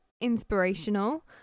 inspirational